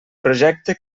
projecte